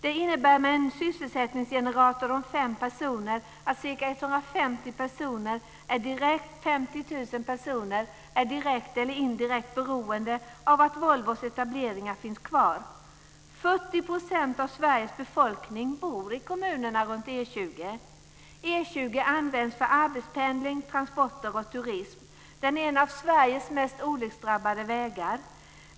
Det innebär med en sysselsättningsgenerator om fem personer att ca 150 000 personer är direkt eller indirekt beroende av att Volvos etableringar finns kvar. 40 % av Sveriges befolkning bor i kommunerna runt E 20. E 20 används för arbetspendling, transporter och turism. Den är en av Sveriges mest olycksdrabbade vägar.